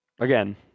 again